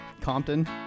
Compton